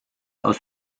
aus